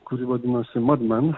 kuri vadinosi mad men